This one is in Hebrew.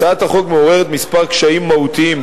הצעת החוק מעוררת כמה קשיים מהותיים,